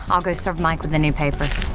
um go serve mike with the new papers.